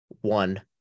one